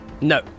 No